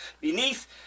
beneath